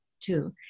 two